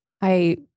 I-